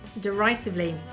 derisively